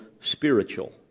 spiritual